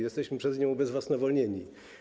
Jesteśmy przez nią ubezwłasnowolnieni.